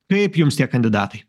kaip jums tie kandidatai